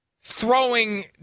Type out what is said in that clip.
throwing